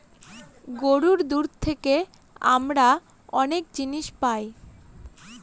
গরুর দুধ থেকে আমরা অনেক জিনিস পায়